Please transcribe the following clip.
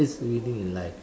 that's winning in life